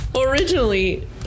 Originally